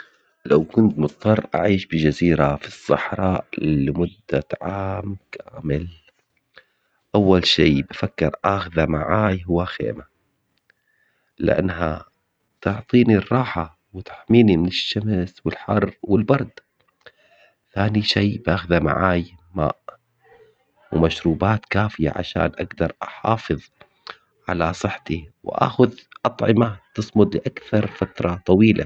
لو كنت مضطر اعيش بجزيرة في الصحراء لمدة عام كامل. اول شي بفكر اخذه معاي هو خيمة. لانها تعطيني الراحة وتحميني من الشمس والحر والبرد. ثاني شي باخذه معاي ماء ومشروبات كافية عشان اقدر احافظ على صحتي واخذ اطعمة تصمد لاكثر فترة طويلة